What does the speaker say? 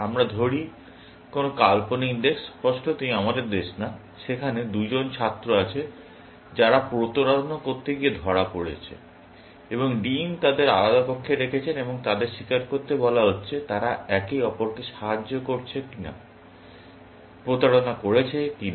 আমরা ধরি কোন কাল্পনিক দেশ স্পষ্টতই আমাদের দেশ নয় সেখানে দুজন ছাত্র আছে যারা প্রতারণা করতে গিয়ে ধরা পড়েছে এবং ডিন তাদের আলাদা কক্ষে রেখেছেন এবং তাদের স্বীকার করতে বলা হচ্ছে তারা একে অপরকে সাহায্য করেছে কিনা প্রতারণা করেছে কি না